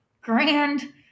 grand